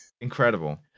Incredible